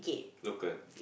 local